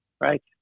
right